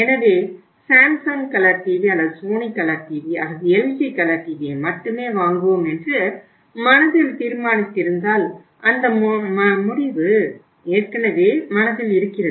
எனவே Samsung colour TV அல்லது Sony colour TV அல்லது எல்ஜி கலர் டிவியை மட்டுமே வாங்குவோம் என்று மனதில் தீர்மானித்திருந்தால் அந்த முடிவு ஏற்கனவே மனதில் இருக்கிறது